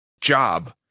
job